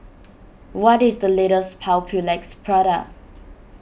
what is the latest Papulex product